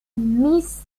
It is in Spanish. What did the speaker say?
miss